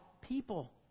people